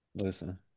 Listen